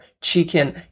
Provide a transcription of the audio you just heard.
chicken